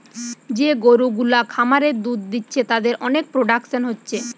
যে গরু গুলা খামারে দুধ দিচ্ছে তাদের অনেক প্রোডাকশন হচ্ছে